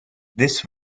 this